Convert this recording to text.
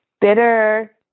bitter